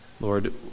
Lord